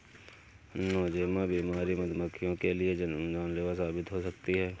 Nosema बीमारी मधुमक्खियों के लिए जानलेवा साबित हो सकती है